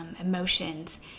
Emotions